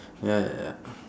ya ya ya